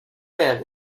man